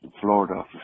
Florida